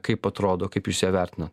kaip atrodo kaip jūs ją vertinat